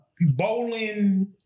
bowling